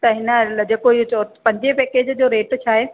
त हिन ल जेको इहो चओ पंजें पैकेज़ जो रेट छा आहे